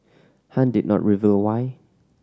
Han did not reveal why